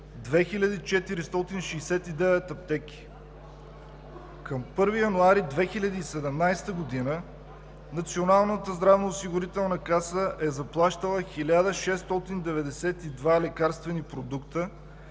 2469 аптеки. Към 1 януари 2017 г. Националната здравноосигурителна каса е заплащала 1692 лекарствени продукта,